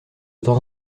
temps